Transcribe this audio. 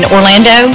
Orlando